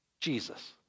Jesus